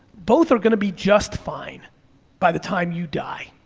both are gonna be just fine by the time you die.